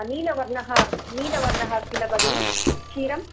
नीलवर्णः नीलवर्णः किल भगिनि क्षीरं